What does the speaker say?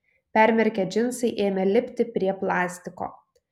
permirkę džinsai ėmė lipti prie plastiko